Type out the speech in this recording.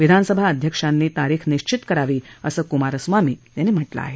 विधानसभा अध्यक्षांनी तारीख निश्वित करावी असं कुमारस्वामी यांनी म्हटलं आहे